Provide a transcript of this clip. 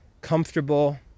comfortable